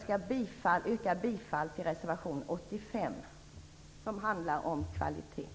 Jag yrkar bifall till reservation 85 om kvalitet.